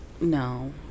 no